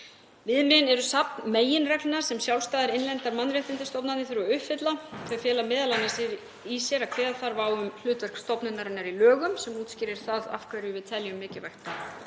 Viðmiðin eru safn meginreglna sem sjálfstæðar innlendar mannréttindastofnanir þurfa að uppfylla. Þau fela m.a. í sér að kveða þarf á um hlutverk stofnunarinnar í lögum, sem útskýrir það af hverju við teljum mikilvægt